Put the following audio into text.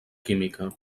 química